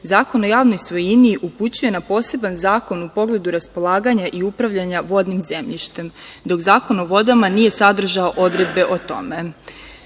Zakon o javnoj svojini upućuje na poseban zakon u pogledu raspolaganja i upravljanja vodnim zemljištem, dok Zakon o vodama nije sadržao odredbe o tome,